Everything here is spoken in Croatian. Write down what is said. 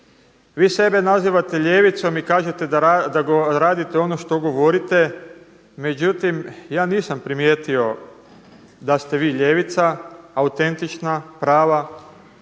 Vi sebe nazivate ljevicom i kažete da radite ono što govorite. Međutim, ja nisam primijetio da ste vi ljevica autentična, prva.